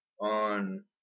on